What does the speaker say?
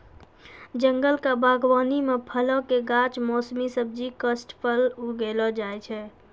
जंगल क बागबानी म फलो कॅ गाछ, मौसमी सब्जी, काष्ठफल उगैलो जाय छै